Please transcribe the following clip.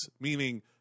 meaning